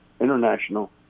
international